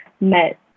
met